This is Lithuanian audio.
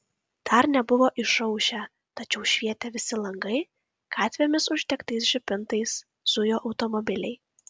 dar nebuvo išaušę tačiau švietė visi langai gatvėmis uždegtais žibintais zujo automobiliai